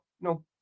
No